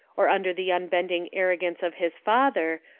or under the unbending arrogance of his father,